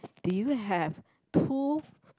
did you have tool